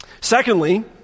Secondly